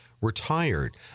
retired